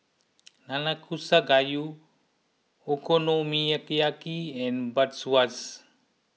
Nanakusa Gayu Okonomiyaki and Bratwurst